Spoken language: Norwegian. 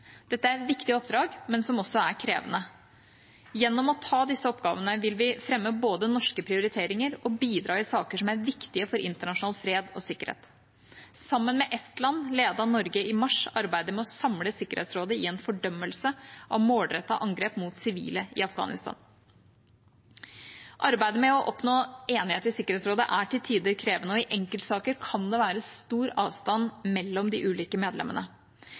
Dette er viktige oppdrag, men de er også krevende. Gjennom å ta disse oppgavene vil vi fremme både norske prioriteringer og bidra i saker som er viktige for internasjonal fred og sikkerhet. Sammen med Estland ledet Norge i mars arbeidet med å samle Sikkerhetsrådet i en fordømmelse av målrettede angrep mot sivile i Afghanistan. Arbeidet med å oppnå enighet i Sikkerhetsrådet er til tider krevende, og i enkeltsaker kan det være stor avstand mellom de ulike medlemmene.